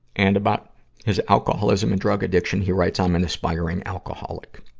and about his alcoholism and drug addiction, he writes, i'm an aspiring alcoholic.